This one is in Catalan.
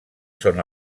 són